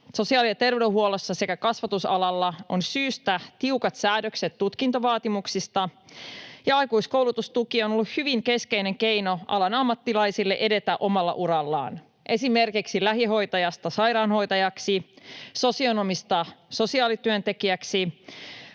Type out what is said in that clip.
Sosiaali- ja terveydenhuollossa sekä kasvatusalalla on syystä tiukat säädökset tutkintovaatimuksista, ja aikuiskoulutustuki on ollut hyvin keskeinen keino alan ammattilaisille edetä omalla urallaan, esimerkiksi lähihoitajasta sairaanhoitajaksi, sosionomista sosiaalityöntekijäksi,